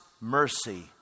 mercy